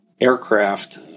Aircraft